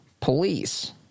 police